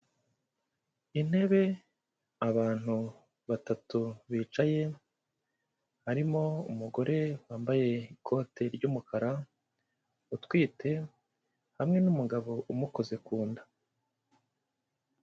Intebe, abantu batatu bicaye, harimo umugore wambaye ikote ry'umukara utwite hamwe n'umugabo umukoze ku nda.